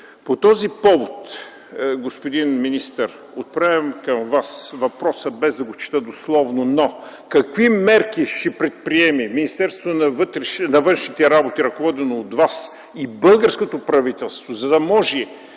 По този повод, господин министър, отправям към Вас въпроса, без да го чета дословно: какви мерки ще предприеме Министерството на външните работи, ръководено от Вас, и българското правителство, за да може